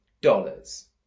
dollars